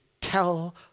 tell